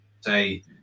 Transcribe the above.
say